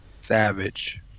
savage